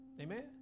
Amen